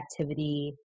activity